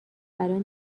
الان